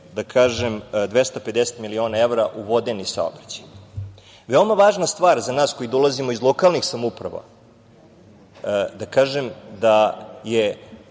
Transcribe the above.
je 250 miliona evra u vodeni saobraćaj. Veoma važna stvar za nas koji dolazimo iz lokalnih samouprava, da kažem da je